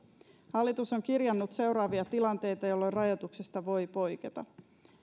hallitus on kirjannut seuraavia tilanteita jolloin rajoituksesta voi poiketa